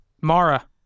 Mara